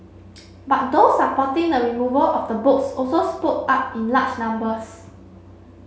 but those supporting the removal of the books also spoke up in large numbers